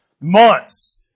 months